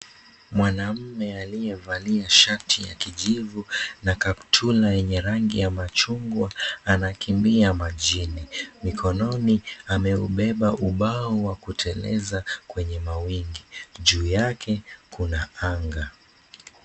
Mwanaume aliyevalia shati ya kijivu na kaptula yenye rangi ya machungwa anakimbia majini. Mikononi ameubeba ubao wa kuteleza kwenye mawimbi. Juu yake kuna anga.